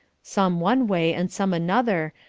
some one way, and some another,